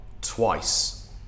twice